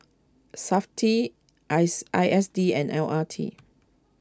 SAFTI eyes I S D and L R T